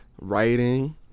writing